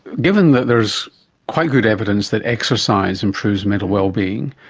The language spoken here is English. given that there is quite good evidence that exercise improves mental well-being,